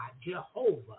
Jehovah